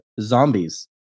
zombies